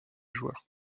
joueur